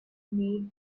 made